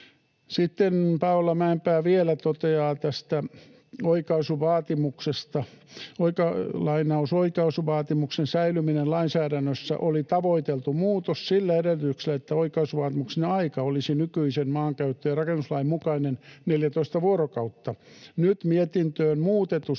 Sitten Paula Mäenpää vielä toteaa tästä oikaisuvaatimuksesta: ”Oikaisuvaatimuksen säilyminen lainsäädännössä oli tavoiteltu muutos sillä edellytyksellä, että oikaisuvaatimuksen aika olisi nykyisen maankäyttö- ja rakennuslain mukainen 14 vuorokautta. Nyt mietintöön muutetussa